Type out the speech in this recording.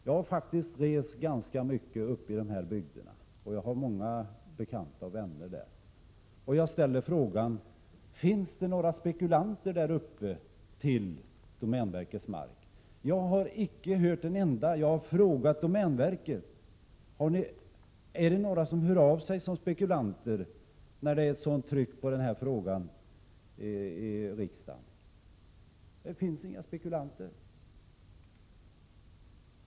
Jag har faktiskt rest ganska mycket i de här bygderna, och jag har många bekanta och vänner där. Jag har ställt frågan: Finns det några spekulanter på domänverkets mark där uppe? Jag har icke hört en enda svara ja. Jag har frågat domänverket: Är det några som låter höra av sig som spekulanter när det är sådant tryck på den frågan i riksdagen? Det finns inga spekulanter.